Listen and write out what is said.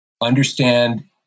understand